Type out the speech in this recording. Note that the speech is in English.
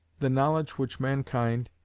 the knowledge which mankind,